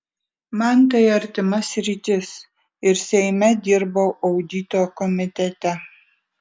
man tai artima sritis ir seime dirbau audito komitete